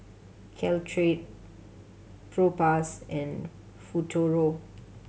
Caltrate Propass and Futuro